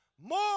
more